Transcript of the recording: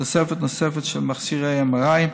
תוספת נוספת של מכשירי MRI,